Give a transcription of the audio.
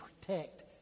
protect